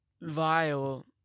vile